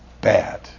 bad